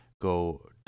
go